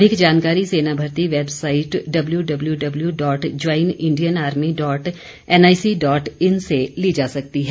अधिक जानकारी सेना भर्ती website W W W dot join Indian army dot NIC dot in से ली जा सकती है